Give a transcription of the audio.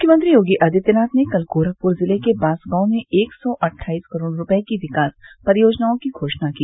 मुख्यमंत्री योगी आदित्यनाथ ने कल गोरखपुर जिले के बांसगांव में एक सौ अट्ठाईस करोड़ रूपये की विकास परियोजनाओं की घोषणा की